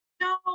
no